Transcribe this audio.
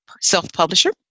self-publisher